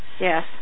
Yes